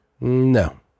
No